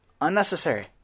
unnecessary